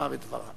ותאמר את דברה.